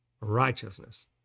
righteousness